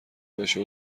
بشه